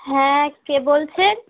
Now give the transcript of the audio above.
হ্যাঁ কে বলছেন